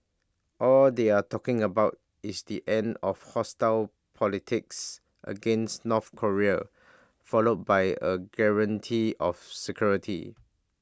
all they are talking about is the end of hostile politics against North Korea followed by A guarantee of security